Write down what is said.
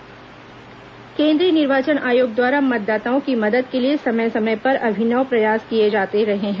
निर्वाचन आयोग एसएमएस केंद्रीय निर्वाचन आयोग द्वारा मतदाताओं की मदद के लिए समय समय पर अभिनव प्रयास किए जाते रहे हैं